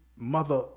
mother